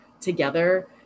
together